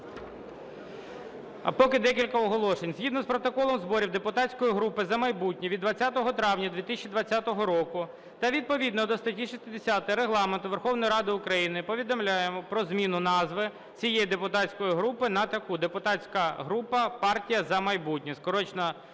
А поки декілька оголошень. Згідно з протоколом зборів депутатської групи "За майбутнє" від 20 травня 2020 року та відповідно до статті 60 Регламенту Верховної Ради України повідомляємо про зміну назви цієї депутатської групи на таку: депутатська група "Партія "За майбутнє"